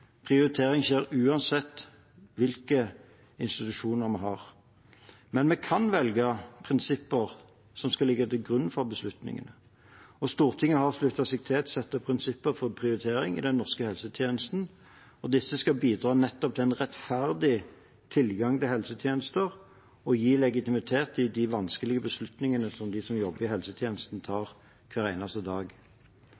prioritering skjer uansett hvilke institusjoner vi har – men vi kan velge hvilke prinsipper som skal ligge til grunn for beslutningene. Stortinget har sluttet seg til et sett prinsipper for prioritering i den norske helsetjenesten, og disse skal bidra til nettopp en rettferdig tilgang til helsetjenester og gi legitimitet til de vanskelige beslutningene som de som jobber i helsetjenesten, tar